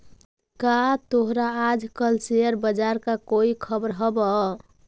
का तोहरा आज कल शेयर बाजार का कोई खबर हवअ